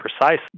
precise